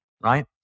right